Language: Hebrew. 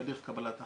תהליך קבלת החלטות,